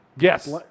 Yes